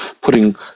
putting